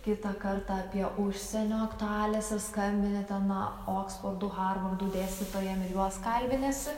kitą kartą apie užsienio aktualijas ir skambini ten oksfordų harvardų dėstytojam ir juos kalbiniesi